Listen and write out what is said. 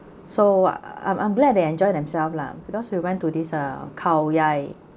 so I'm I'm glad they enjoy themselves lah because we went to this uh khao yai